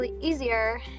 easier